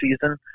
season